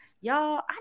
Y'all